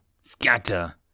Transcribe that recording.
Scatter